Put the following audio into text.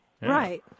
right